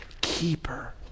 keeper